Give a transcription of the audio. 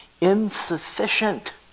insufficient